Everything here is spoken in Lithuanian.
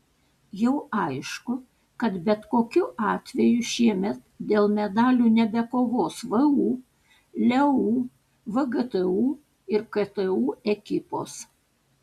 jau aišku kad bet kokiu atveju šiemet dėl medalių nebekovos vu leu vgtu ir ktu ekipos